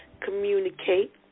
communicate